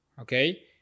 Okay